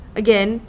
again